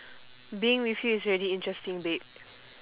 being with you is already interesting babe